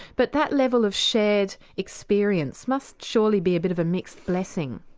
but that level of shared experience must surely be a bit of a mixed blessing?